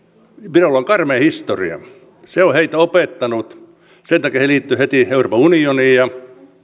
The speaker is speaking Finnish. virolla on karmea historia se on heitä opettanut sen takia he liittyivät heti euroopan unioniin ja